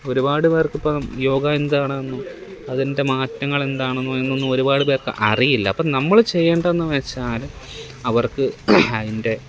ഒരുപാട് പേര്ക്ക് ഇപ്പം യോഗാ എന്താണെന്നും അതിന്റെ മാറ്റങ്ങൾ എന്താണെന്നോ എന്നൊന്നും ഒരുപാട് പേര്ക്ക് അറിയില്ല അപ്പം നമ്മൾ ചെയ്യേണ്ടതെന്ന് വച്ചാൽ അവര്ക്ക് അതിന്റെ